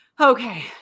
Okay